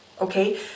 Okay